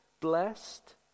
blessed